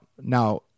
Now